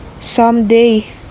Someday